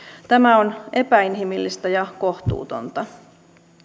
tämä on epäinhimillistä ja kohtuutonta